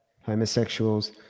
homosexuals